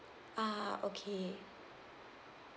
ah okay